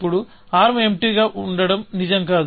అప్పుడు ఆర్మ్ ఎంప్టీగా ఉండటం నిజం కాదు